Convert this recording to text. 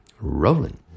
Rolling